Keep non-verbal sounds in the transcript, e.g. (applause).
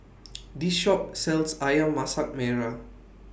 (noise) This Shop sells Ayam Masak Merah